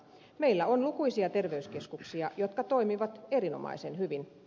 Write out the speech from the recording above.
meillä on lukuisia terveyskeskuksia jotka toimivat erinomaisen hyvin